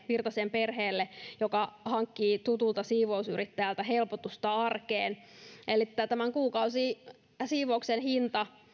virtasen esimerkkiperheelle joka hankkii tutulta siivousyrittäjältä helpotusta arkeen että tämän kuukausisiivouksen hinta